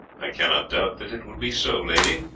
i cannot doubt that it will be so, lady,